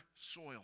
soil